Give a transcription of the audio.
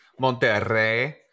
Monterrey